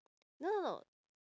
no no no